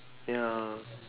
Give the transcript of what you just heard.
ya